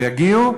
ויגיעו,